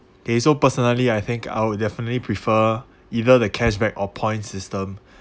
K so personally I think I would definitely prefer either the cash back or point system